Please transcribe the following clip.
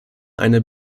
eine